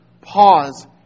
Pause